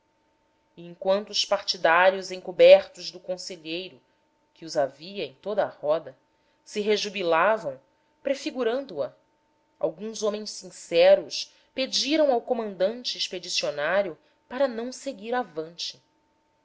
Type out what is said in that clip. enquanto os partidários encobertos do conselheiro que os havia em toda a roda se rejubilavam prefigurando a alguns homens sinceros pediram ao comandante expedicionário para não seguir avante